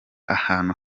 ahantu